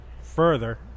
further